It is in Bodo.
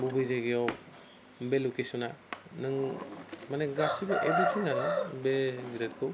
बबे जायगायाव बबे लकेसना नों माने गासैबो एभ्रिथिं आरो बे जिरादखौ